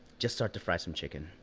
just start to fry some chicken.